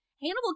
Hannibal